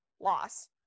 loss